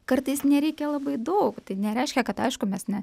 kartais nereikia labai daug tai nereiškia kad aišku mes ne